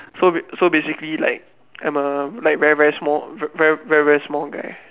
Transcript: so ba~ so basically like I'm a like very very small v~ very very small guy